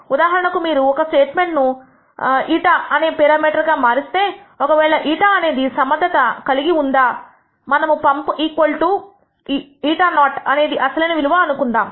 ఉదాహరణకు మీరు ఒక స్టేట్మెంట్ ను η అనే పెరామీటర్ గా మారిస్తే ఒకవేళ η అనేది సమర్ధత కలిగి ఉందా మనము పంపు η0 అనేది అసలైన విలువ అనుకుందాము